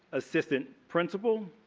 assistant principal.